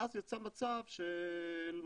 ואז יצא מצב של מונופול.